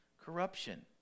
corruption